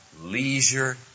leisure